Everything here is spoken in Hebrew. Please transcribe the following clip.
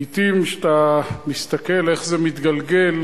לעתים, כשאתה מסתכל איך זה מתגלגל